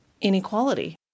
inequality